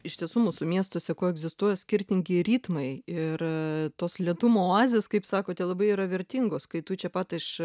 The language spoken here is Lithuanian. iš tiesų mūsų miestuose koegzistuoja skirtingi ritmai ir tos lėtumo oazės kaip sakote labai yra vertingos kai tu čia pat iš